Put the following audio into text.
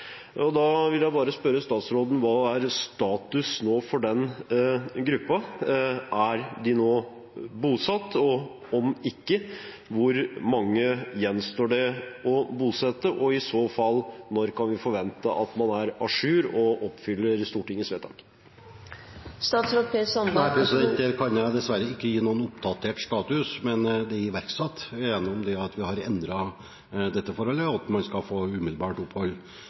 ID. Da vil jeg bare spørre statsråden: Hva er status nå for den gruppen? Er de bosatt? Om ikke: Hvor mange gjenstår det å bosette? Og i så fall: Når kan vi forvente at man er à jour og oppfyller Stortingets vedtak? Der kan jeg dessverre ikke gi noen oppdatert status, men det er iverksatt gjennom at vi har endret dette forholdet, og at man skal få umiddelbart opphold.